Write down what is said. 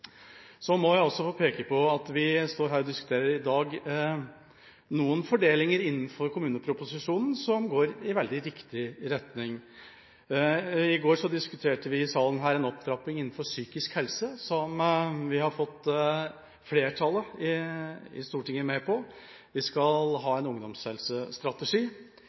Jeg må også få peke på at vi i dag diskuterer noen fordelinger i kommuneproposisjonen som går i riktig retning. I går diskuterte vi her i salen en opptrapping innen psykisk helse, som vi har fått flertallet i Stortinget med på. Vi skal ha en ungdomshelsestrategi.